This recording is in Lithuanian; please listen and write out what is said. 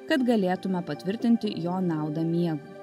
kad galėtume patvirtinti jo naudą miegui